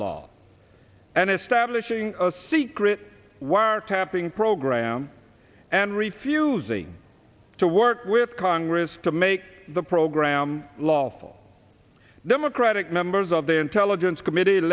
establishing a secret wiretapping program and refusing to work with congress to make the program lawful democratic members of the intelligence committe